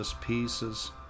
pieces